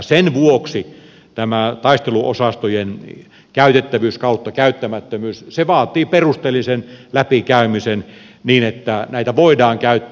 sen vuoksi tämä taisteluosastojen käytettävyys tai käyttämättömyys vaatii perusteellisen läpikäymisen niin että näitä voidaan käyttää